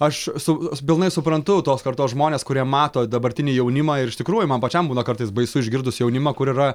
aš su pilnai suprantu tos kartos žmones kurie mato dabartinį jaunimą ir iš tikrųjų man pačiam būna kartais baisu išgirdus jaunimą kur yra